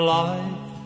life